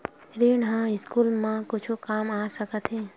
ऋण ह स्कूल मा कुछु काम आ सकत हे?